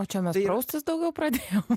o čia mes praustis daugiau pradėjom